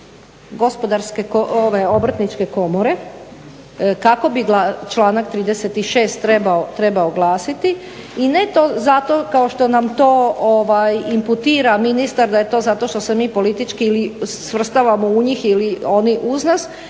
gospodarske, obrtničke komore kako bi članak 36. trebao glasiti. I ne to zato, kao što nam to imputira ministar da je to zato što se mi politički ili svrstavamo u njih ili oni uz nas